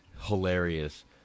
Hilarious